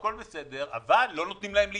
הכול בסדר, אבל לא נותנים להם להתחרות.